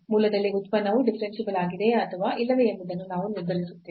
ಮೂಲದಲ್ಲಿ ಉತ್ಪನ್ನವು ಡಿಫರೆನ್ಸಿಬಲ್ ಆಗಿದೆಯೇ ಅಥವಾ ಇಲ್ಲವೇ ಎಂಬುದನ್ನು ನಾವು ನಿರ್ಧರಿಸುತ್ತೇವೆ